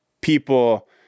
people